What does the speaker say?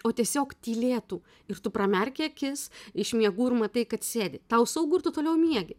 o tiesiog tylėtų ir tu pramerki akis iš miegų ir matai kad sėdi tau saugu ir tu toliau miegi